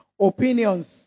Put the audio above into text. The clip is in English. opinions